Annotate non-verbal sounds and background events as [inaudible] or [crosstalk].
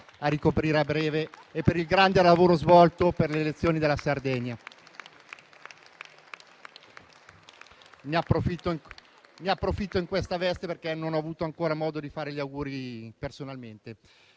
a ricoprire a breve e per il grande lavoro svolto per le elezioni in Sardegna. [applause] Ne approfitto in questa veste perché non ho avuto ancora modo di farle gli auguri personalmente.